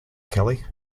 kelly